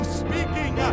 speaking